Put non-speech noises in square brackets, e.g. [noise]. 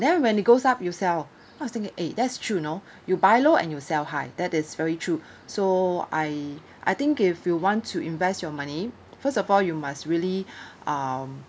then when it goes up you sell I was thinking eh that's true you know you buy low and you sell high that is very true so I I think if you want to invest your money first of all you must really [breath] um